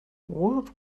what